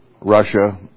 Russia